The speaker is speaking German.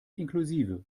inklusive